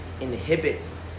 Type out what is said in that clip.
inhibits